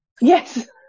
Yes